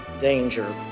danger